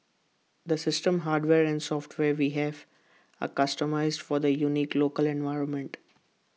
the system hardware and software we have are customised for the unique local environment